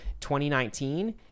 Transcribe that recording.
2019